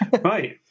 Right